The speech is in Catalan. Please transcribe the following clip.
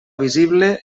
visible